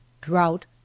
drought